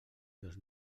dos